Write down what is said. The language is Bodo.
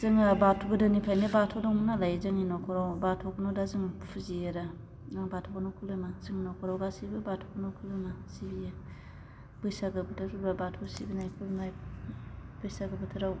जोङो बाथौ गोदोनिफ्रायनो बाथौ दङ नालाय जोंनि नख'राव बाथौखौनो दा जों फुजियो आरो आं बाथौखौनो खुलुमो जोंनि नख'राव गासैबो बाथौखौनो खुलुमो सिबियो बैसागो बोथोर फैबा बाथौखौ सिबिनाय खुलुमनाय बैसागो बोथोराव